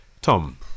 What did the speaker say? Tom